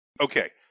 Okay